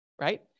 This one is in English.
right